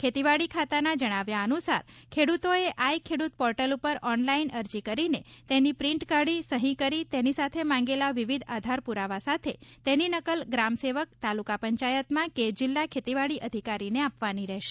ખેતીવાડી ખાતાના જણાવ્યા અનુસાર ખેડૂતોએ આઈ ખેડૂત પોર્ટલ પર ઓનલાઇન અરજી કરીને તેની પ્રિન્ટ કાઢી સહી કરી તેની સાથે માંગેલા વિવિધ આધાર પુરાવા સાથે તેની નકલ ગ્રામ સેવક તાલુકા પંચાયતમાં કે જિલ્લા ખેતીવાડી અધિકારીને આપવાની રહેશે